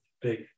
big